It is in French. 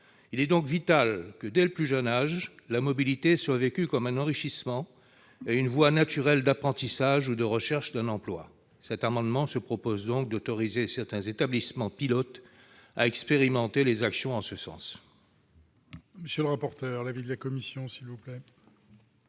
Il est donc vital que, dès le plus jeune âge, la mobilité soit vécue comme un enrichissement et une voie naturelle d'apprentissage ou de recherche d'un emploi. Cet amendement prévoit d'autoriser certains établissements pilotes à expérimenter des actions en ce sens.